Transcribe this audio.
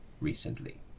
recently